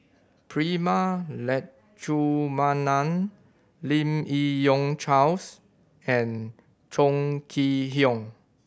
Prema Letchumanan Lim Yi Yong Charles and Chong Kee Hiong